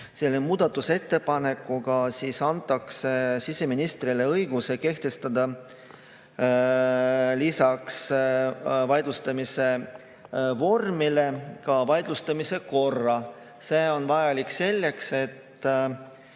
selle muudatusettepanekuga antakse siseministrile õigus kehtestada lisaks vaidlustamise vormile ka vaidlustamise kord. See on vajalik selleks, et